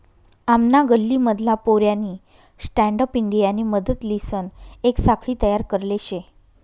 आमना गल्ली मधला पोऱ्यानी स्टँडअप इंडियानी मदतलीसन येक साखळी तयार करले शे